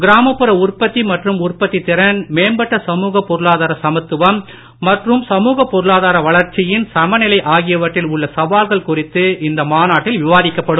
கிராமப்புற உற்பத்தி மற்றும் உற்பத்தித் திறன் மேம்பட்ட சமூகப் பொருளாதார சமத்துவம் மற்றும் சமூகப் பொருளாதார வளர்ச்சியின் சமநிலை ஆகியவற்றில் உள்ள சவால்கள் குறித்து இந்த மாநாட்டில் விவாதிக்கப்படும்